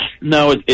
no